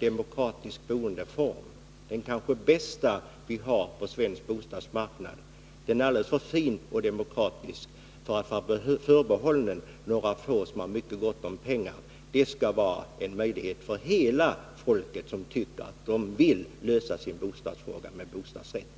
demokratisk boendeform, den kanske bästa vi har på svensk bostadsmarknad, för att vara förbehållen några få som har mycket gott om pengar. Detta skall vara en möjlighet för alla medborgare som vill lösa sin bostadsfråga med bostadsrätt.